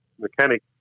mechanic